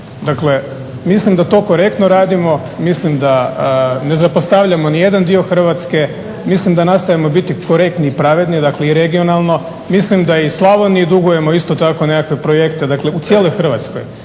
Dakle, mislim da to korektno radimo, mislim da ne zapostavljamo nijedan dio Hrvatske. mislim da nastojimo biti korektni i pravedni, dakle i regionalno. Mislim da i Slavoniji dugujemo isto tako nekakve projekte. Dakle, u cijeloj Hrvatskoj.